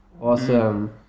awesome